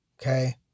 okay